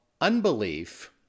unbelief